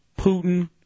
putin